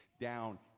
down